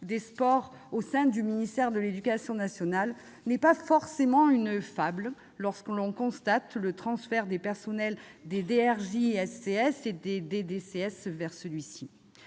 des sports au sein du ministère de l'éducation nationale n'est pas forcément une fable, lorsque l'on constate le transfert des personnels des directions régionales de